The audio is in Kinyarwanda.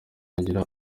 hagira